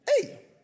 Hey